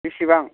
बेसेबां